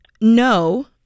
no